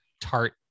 tart